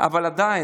אחר כך